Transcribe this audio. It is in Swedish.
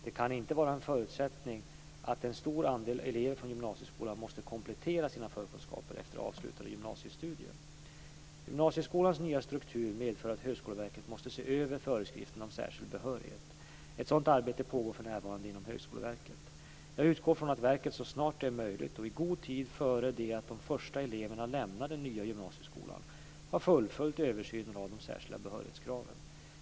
Det kan inte vara en förutsättning att en stor andel elever från gymnasieskolan måste komplettera sina förkunskaper efter avslutade gymnasiestudier. Gymnasieskolans nya struktur medför att Högskoleverket måste se över föreskrifterna om särskild behörighet. Ett sådant arbete pågår för närvarande inom Högskoleverket. Jag utgår från att verket så snart det är möjligt och i god tid före det att de första eleverna lämnar den nya gymnasieskolan har fullföljt översynen av de särskilda behörighetskraven.